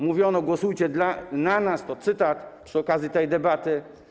Mówiono: Głosujcie na nas - to cytat - przy okazji tej debaty.